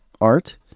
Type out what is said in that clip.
art